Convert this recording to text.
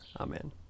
Amen